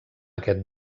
aquest